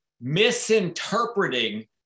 misinterpreting